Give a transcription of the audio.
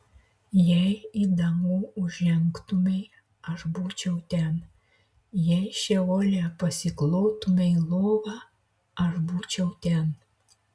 jei į dangų užžengtumei aš būčiau ten jei šeole pasiklotumei lovą aš būčiau ten